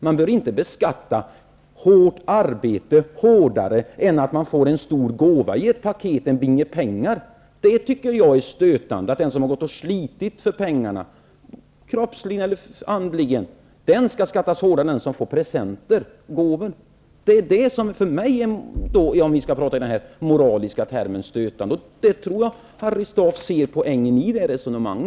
Man bör inte beskatta hårt arbete hårdare än en stor gåva, en binge pengar. Jag tycker att det är stötande att den som har slitit för pengarna, kroppsligen eller andligen, skall beskattas hårdare än den som får presenter, gåvor. Om vi skall tala i moraliska termer, så är det detta som är stötande för mig. Och jag tror att Harry Staaf ser poängen i detta resonemang.